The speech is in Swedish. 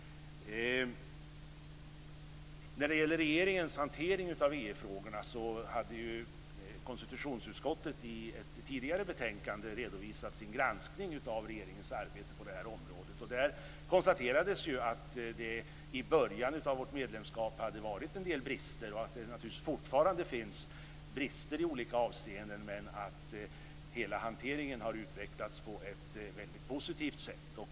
När det gäller regeringens hantering av EU frågorna hade konstitutionsutskottet i ett tidigare betänkande redovisat sin granskning av regeringens arbete på det här området. Där konstaterades att det i början av vårt medlemskap hade varit en del brister och att det naturligtvis fortfarande finns brister i olika avseenden men att hela hanteringen har utvecklats på ett väldigt positivt sätt.